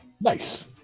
Nice